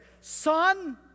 son